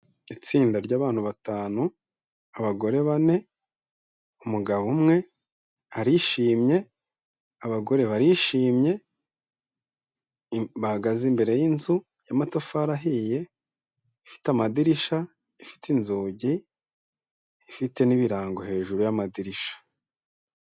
Itsinda ry'abantu batanu, abagore bane, umugabo umwe, arishimye, abagore barishimye, bahagaze imbere y'inzu y'amatafari ahiye, ifite amadirishya, ifite inzugi, ifite n'ibirango hejuru y'amadirishya.